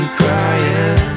crying